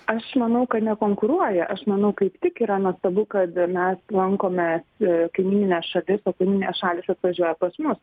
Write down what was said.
aš manau kad nekonkuruoja aš manau kaip tik yra nuostabu kad mes lankome aaa kaimynines šalis o kaimyninės šalys atvažiuoja pas mus